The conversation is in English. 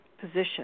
position